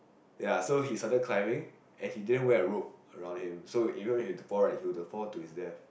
ya so he started climbing and he didn't wear a robe around him so if would have to fall right he will to fall to his death